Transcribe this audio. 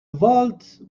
vault